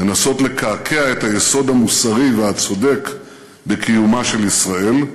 לנסות לקעקע את היסוד המוסרי והצודק לקיומה של ישראל,